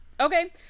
Okay